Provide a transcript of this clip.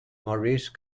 maurice